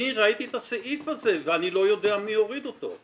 אני ראיתי את הסעיף הזה ואני לא יודע מי הוריד אותו,